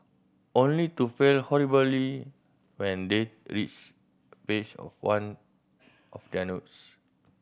only to fail horribly when they reach page of one of their notes